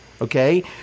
okay